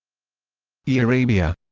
eurabia